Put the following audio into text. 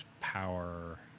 power